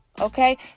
okay